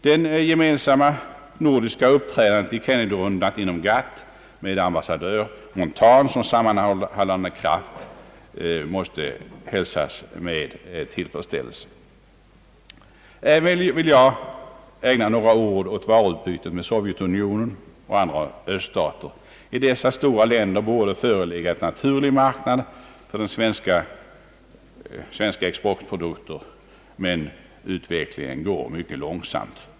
Det gemensamma nordiska uppträdandet i Kennedyrundan inom GATT med ambassadör Montan som sammanhållande kraft måste hälsas med tillfredsställelse. Även jag vill ägna några ord åt varuutbytet med Sovjetunionen och andra öststater. I dessa stora länder borde föreligga en naturlig marknad för svenska exportprodukter. Men utvecklingen går mycket långsamt.